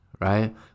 Right